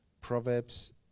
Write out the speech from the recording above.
Proverbs